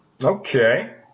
Okay